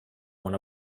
one